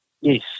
yes